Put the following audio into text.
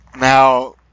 now